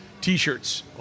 T-shirts